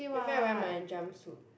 maybe I wear my jumpsuit